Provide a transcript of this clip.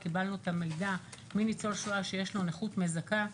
קיבלנו את המידע מניצול שואה שיש לו נכות מזכה,